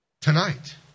Tonight